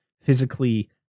physically